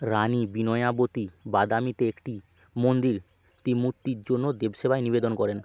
রানী বিনয়াবতী বাদামীতে একটি মন্দির ত্রিমূর্তির জন্য দেবসেবায় নিবেদন করেন